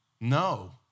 No